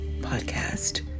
Podcast